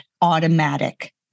automatic